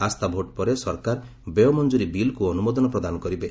ଆସ୍ଥା vote ପରେ ସରକାର ବ୍ୟୟମଞ୍ଜୁରୀ ବିଲ୍କୁ ଅନୁମୋଦନ ପ୍ରଦାନ କରିବେ